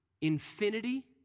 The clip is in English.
infinity